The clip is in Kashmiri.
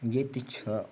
ییٚتہِ چھُ